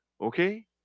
okay